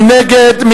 מי נגד?